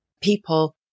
people